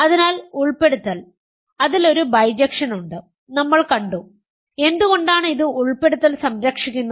അതിനാൽ ഉൾപ്പെടുത്തൽ അതിൽ ഒരു ബൈജക്ഷൻ ഉണ്ട് നമ്മൾ കണ്ടു എന്തുകൊണ്ടാണ് ഇത് ഉൾപ്പെടുത്തൽ സംരക്ഷിക്കുന്നത്